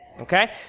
Okay